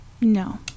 No